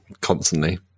constantly